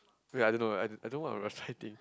wait I don't know I I don't know what we were checking